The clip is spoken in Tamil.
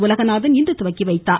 உலகநாதன் இன்று துவக்கி வைத்தார்